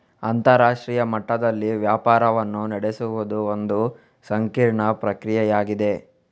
ಅಂತರರಾಷ್ಟ್ರೀಯ ಮಟ್ಟದಲ್ಲಿ ವ್ಯಾಪಾರವನ್ನು ನಡೆಸುವುದು ಒಂದು ಸಂಕೀರ್ಣ ಪ್ರಕ್ರಿಯೆಯಾಗಿದೆ